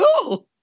Cool